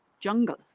jungle